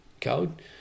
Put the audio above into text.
code